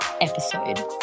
episode